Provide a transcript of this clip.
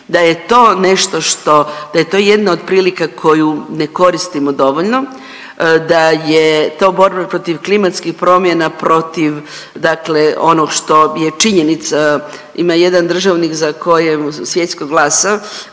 da je to nešto što, da je to jedna od prilika koju ne koristimo dovoljno, da je to borba protiv klimatskih promjena protiv ono što je činjenica. Ima jedan državnik za koje svjetskog glasa